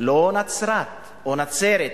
לא "נצְרת" או "נצֶרת".